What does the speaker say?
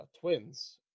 Twins